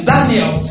Daniel